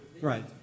Right